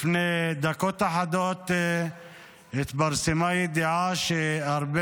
לפני דקות אחדות התפרסמה ידיעה שהרבה